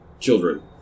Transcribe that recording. children